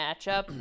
matchup